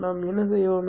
நாம் என்ன செய்வோம்